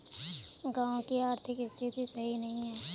गाँव की आर्थिक स्थिति सही नहीं है?